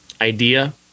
idea